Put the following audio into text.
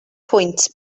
pwynt